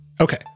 Okay